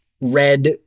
red